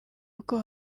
uko